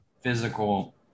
physical